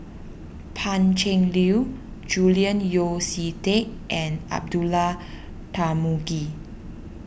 Pan Cheng Lui Julian Yeo See Teck and Abdullah Tarmugi